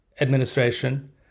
administration